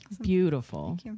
Beautiful